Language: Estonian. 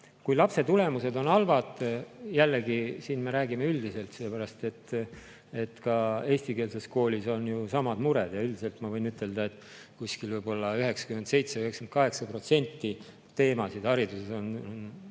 kui lapse tulemused on halvad. Jällegi, siin me räägime üldiselt, sellepärast et ka eestikeelses koolis on ju samad mured. Üldiselt ma võin ütelda, et kuskil võib-olla 97–98% teemasid hariduses on sarnased,